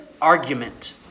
argument